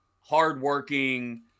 hardworking